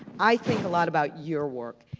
i think a lot about your work,